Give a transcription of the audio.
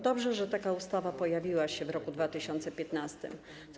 Dobrze, że taka ustawa pojawiła się w roku 2015.